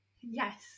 Yes